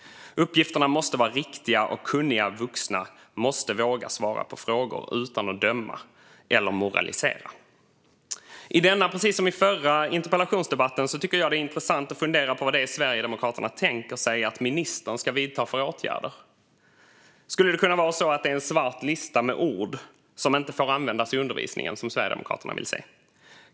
Uppgifterna måste vara riktiga, och kunniga vuxna måste våga svara på frågor utan att döma eller moralisera. I denna precis som i förra interpellationsdebatten tycker jag att det är intressant att fundera på vad det är Sverigedemokraterna tänker sig att ministern ska vidta för åtgärder. Skulle det kunna vara en svart lista med ord som inte får användas i undervisningen som Sverigedemokraterna vill se?